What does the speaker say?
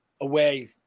away